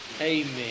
Amen